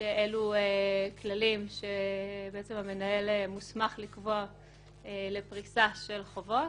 שאלו כללים שהמנהל מוסמך לקבוע לפריסה של חובות.